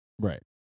Right